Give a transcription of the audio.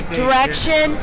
direction